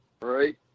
right